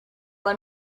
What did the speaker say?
let